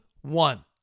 one